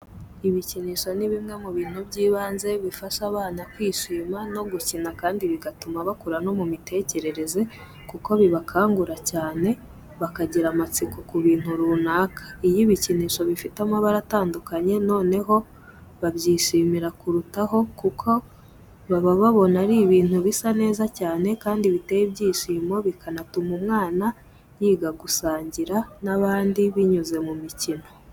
Ibikinisho ni bimwe mu bintu by'ibanze bifasha abana kwishima no gukina kandi bigatuma bakura no mu mitekerereze kuko bibakangura cyane bakagira amatsiko ku bintu runaka, iyo ibikinisho bifite amabara atandukanye noneho babyishimira kurutaho kuko baba babona ari ibintu bisa neza cyane kandi biteye ibyishimo bikanatuma umwana yiga gusangira n'abandi binyuze mu mikino.